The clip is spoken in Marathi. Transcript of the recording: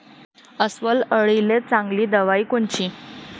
अस्वल अळीले चांगली दवाई कोनची?